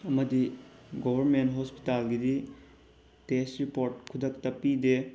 ꯑꯃꯗꯤ ꯒꯣꯕꯔꯃꯦꯟ ꯍꯣꯁꯄꯤꯇꯥꯜꯒꯤꯗꯤ test report ꯈꯨꯗꯛꯇ ꯄꯤꯗꯦ